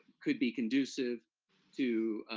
could be conducive to